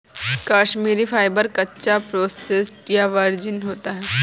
Kashmiri fibre, कच्चा, processed या virgin होता है